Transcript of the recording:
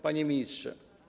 Panie Ministrze!